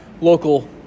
local